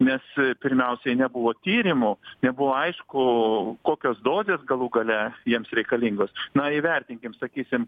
nes pirmiausiai nebuvo tyrimų nebuvo aišku kokios dozės galų gale jiems reikalingos na įvertinkim sakysim